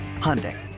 Hyundai